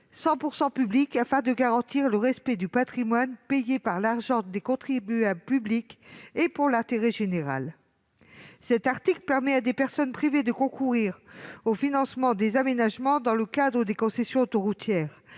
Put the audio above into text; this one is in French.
100 % public, afin de garantir le respect du patrimoine payé par l'argent des contribuables publics et pour l'intérêt général. Le présent article permet à des personnes privées de concourir au financement des aménagements dans le cadre des concessions autoroutières.